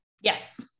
Yes